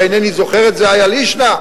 ואינני זוכר את זה האי לישנא,